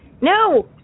No